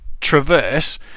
traverse